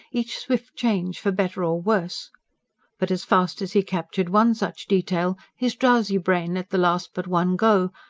each swift change for better or worse but as fast as he captured one such detail, his drowsy brain let the last but one go,